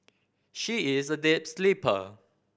she is a deep sleeper